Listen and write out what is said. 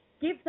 give